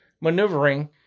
maneuvering